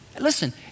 Listen